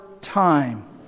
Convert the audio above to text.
time